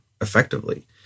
effectively